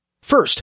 First